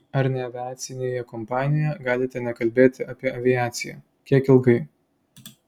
ar neaviacinėje kompanijoje galite nekalbėti apie aviaciją kiek ilgai